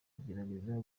kugerageza